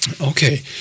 Okay